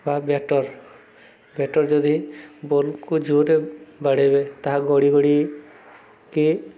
ବା batter batter ଯଦି ବଲ୍କୁ ଯୋର୍ରେ ବାଡ଼େଇବେ ତାହା ଗଡ଼ିି ଗଡ଼ି କି